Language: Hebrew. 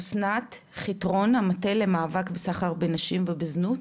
לאסנת חיטרון, המטה למאבק בסחר בנשים ובזנות.